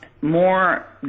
more